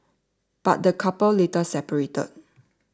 but the couple later separated